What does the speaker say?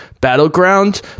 Battleground